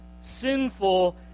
sinful